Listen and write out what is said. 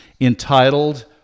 entitled